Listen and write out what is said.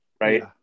right